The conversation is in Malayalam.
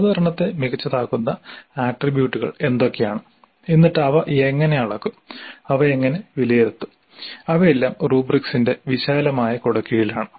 അവതരണത്തെ മികച്ചതാക്കുന്ന ആട്രിബ്യൂട്ടുകൾ എന്തൊക്കെയാണ് എന്നിട്ട് അവ എങ്ങനെ അളക്കും അവ എങ്ങനെ വിലയിരുത്തും അവയെല്ലാം റുബ്രിക്സിന്റെ വിശാലമായ കുടക്കീഴിലാണ്